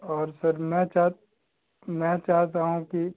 और सर मैं चाहत मैं चाहता हूँ कि